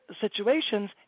situations